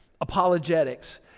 Apologetics